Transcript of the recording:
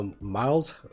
Miles